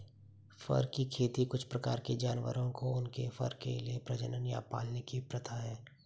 फर की खेती कुछ प्रकार के जानवरों को उनके फर के लिए प्रजनन या पालने की प्रथा है